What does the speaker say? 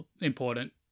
important